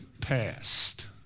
passed